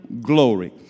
glory